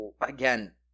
again